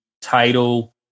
title